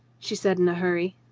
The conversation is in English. she said in a hurry.